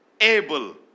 able